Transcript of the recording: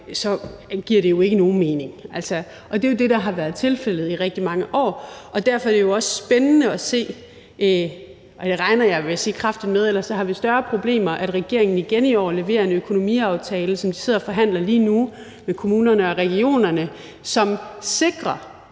så giver det jo ikke nogen mening. Og det er jo det, der har været tilfældet i rigtig mange år. Derfor er det jo også spændende at se – og det regner jeg kraftigt med, vil jeg sige, for ellers har vi større problemer – om regeringen igen i år leverer en økonomiaftale, som de sidder og forhandler om lige nu med kommunerne og regionerne, som sikrer,